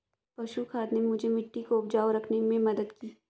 पशु खाद ने मुझे मिट्टी को उपजाऊ रखने में मदद की